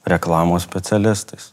reklamos specialistais